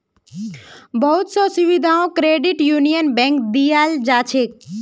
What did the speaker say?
बहुत स सुविधाओ क्रेडिट यूनियन बैंकत दीयाल जा छेक